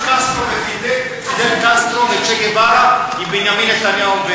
פידל קסטרו וצ'ה גווארה עם בנימין נתניהו,